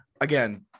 again